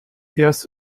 erst